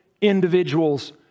individuals